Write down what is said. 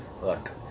look